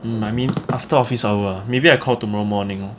mm I mean after office hour ah maybe I call tomorrow morning